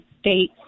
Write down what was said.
state